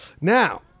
Now